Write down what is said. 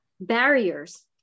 barriers